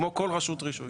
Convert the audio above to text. כמו כל רשות רישוי.